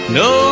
no